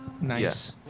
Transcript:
nice